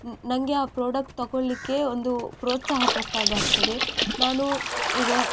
ನನಗೆ ಆ ಪ್ರೋಡಕ್ಟ್ ತಗೊಳ್ಳಿಕ್ಕೆ ಒಂದು ಪ್ರೋತ್ಸಾಹ ಕೊಟ್ಟಾಗೆ ಆಗ್ತದೆ ನಾನು ಈಗ